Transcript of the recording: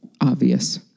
obvious